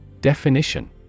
Definition